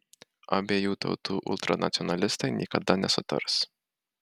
abiejų tautų ultranacionalistai niekada nesutars